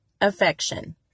Affection